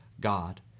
God